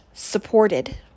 supported